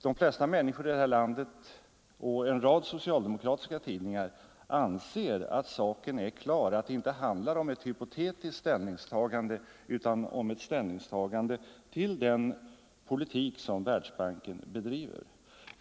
De flesta människor i det här landet och en rad socialdemokratiska tidningar anser att saken är klar, att det inte handlar om ett hypotetiskt ställningstagande utan om ett ställningstagande till den politik som Världsbanken bedriver.